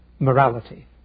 Morality